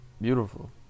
beautiful